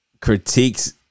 critiques